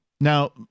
Now